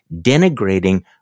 denigrating